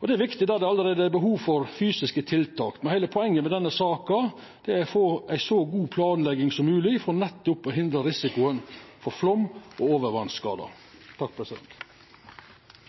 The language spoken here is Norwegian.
Det er viktig der det allereie er behov for fysiske tiltak, men heile poenget med denne saka er å få ei så god planlegging som mogleg for nettopp å hindra risikoen for flaum og